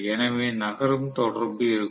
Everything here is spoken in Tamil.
எனவே நகரும் தொடர்பு இருக்கும்